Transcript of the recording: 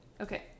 Okay